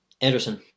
Anderson